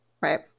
right